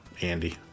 Andy